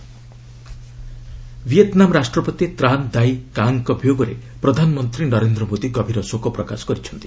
PM Vietnam president Vietnam ରାଷ୍ଟ୍ରପତି Tran Dai କାଙ୍ଗ୍ଙ୍କ ବିୟୋରେ ପ୍ରଧାନମନ୍ତ୍ରୀ ନରେନ୍ଦ୍ର ମୋଦି ଗଭୀର ଶୋକ ପ୍ରକାଶ କରିଛନ୍ତି